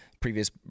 previous